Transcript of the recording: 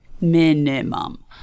minimum